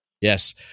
Yes